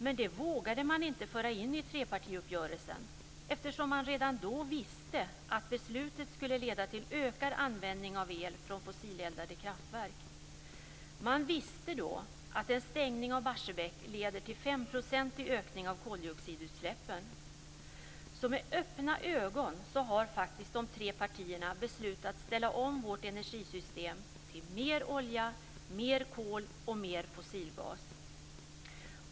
Men, det vågade man inte föra in i trepartiuppgörelsen eftersom man redan då visste att beslutet skulle leda till ökad användning av el från fossileldade kraftverk. Man visste då att en stängning av Barsebäck leder till en femprocentig ökning av koldioxidutsläppen. Med öppna ögon har de tre partierna beslutat ställa om vårt energisystem till mer olja, mer kol och mer fossilgas!